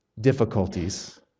difficulties